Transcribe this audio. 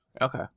Okay